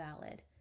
valid